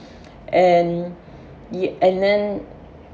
and yet and then